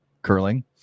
curling